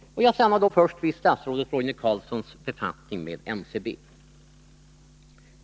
Jag stannar då först vid statsrådet Roine Carlssons befattning med NCB.